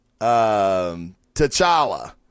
T'Challa